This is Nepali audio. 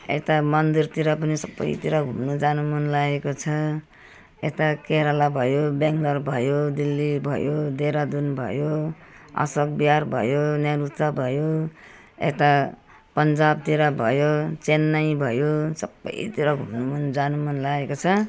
यता मन्दिरतिर पनि सबैतिर घुम्नु जानु मन लागेको छ यता केरला भयो बेङ्गलोर भयो दिल्ली भयो देहरादून भयो अशोक बिहार भयो नेहुचा भयो यता पञ्जाबतिर भयो चेन्नई भयो सबैतिर घुम्नु जानु मन लागेको छ